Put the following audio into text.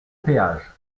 péage